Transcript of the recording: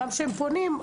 כשפונים,